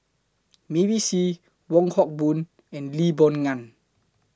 Mavis Hee Wong Hock Boon and Lee Boon Ngan